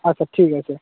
আচ্ছা ঠিক আছে